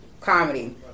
comedy